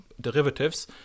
derivatives